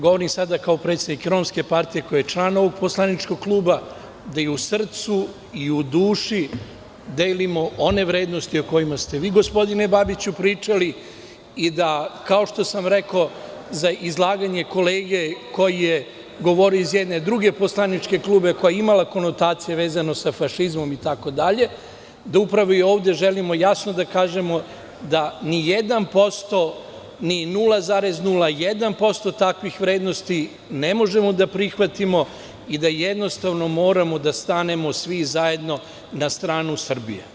Govorim sada kao predstavnik Romske partije, koja je član ovog poslaničkog kluba, da i u srcu i u duši delimo one vrednosti o kojima ste vi, gospodine Babiću, pričali i da, kao što sam rekao za izlaganje kolege koji je govorio iz jedne druge poslaničke grupe, koja imala konotacije vezano sa fašizmom itd, upravo ovde želimo jasno da kažemo da ni 1%, ni 0,01% takvih vrednosti ne možemo da prihvatio i da, jednostavno, moramo da stanemo svi zajedno na stranu Srbije.